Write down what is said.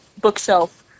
bookshelf